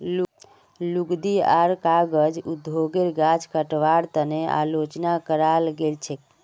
लुगदी आर कागज उद्योगेर गाछ कटवार तने आलोचना कराल गेल छेक